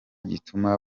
gituma